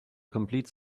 complete